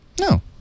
No